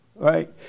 Right